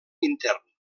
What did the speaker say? intern